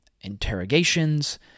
interrogations